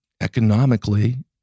economically